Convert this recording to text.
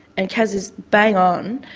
and kaz is bang on,